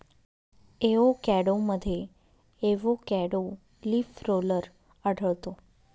एवोकॅडोमध्ये avocado leaf roller आढळतो